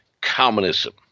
communism